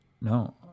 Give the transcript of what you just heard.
No